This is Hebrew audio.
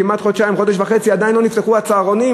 עדיין לא נפתחו הצהרונים,